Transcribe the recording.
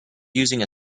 using